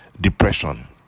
depression